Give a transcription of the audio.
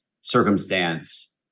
circumstance